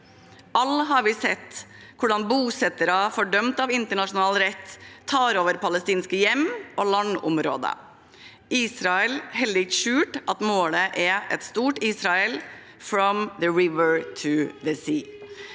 Vi har alle sett hvordan bosettere fordømt av internasjonal rett tar over palestinske hjem og landområder. Israel holder ikke skjult at målet er et stort Israel «from the river to the sea».